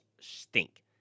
stink